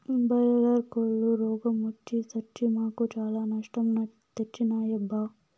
boiler కోల్లు రోగ మొచ్చి సచ్చి మాకు చాలా నష్టం తెచ్చినాయబ్బా